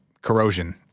corrosion